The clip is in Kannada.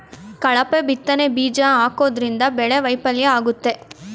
ಕಳಪೆ ಬಿತ್ತನೆ ಬೀಜ ಹಾಕೋದ್ರಿಂದ ಬೆಳೆ ವೈಫಲ್ಯ ಆಗುತ್ತೆ